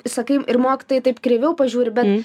sakai ir mokytojai taip kreiviau pažiūri bet